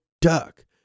duck